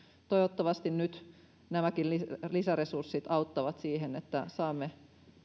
toivottavasti nyt nämäkin lisäresurssit auttavat siihen että saamme